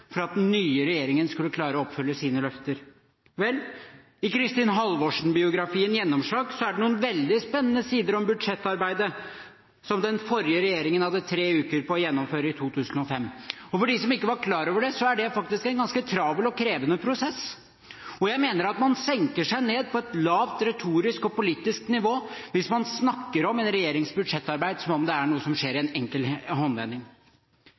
for at den nye regjeringen skulle klare å oppfylle sine løfter. Vel, i Kristin Halvorsen-biografien «Gjennomslag» er det noen veldig spennende sider om budsjettarbeidet som den forrige regjeringen hadde tre uker på å gjennomføre i 2005. For dem som ikke er klar over det, er det faktisk en ganske travel og krevende prosess, og jeg mener at man senker seg ned på et lavt retorisk og politisk nivå hvis man snakker om en regjerings budsjettarbeid som om det er noe som skjer i en enkel håndvending.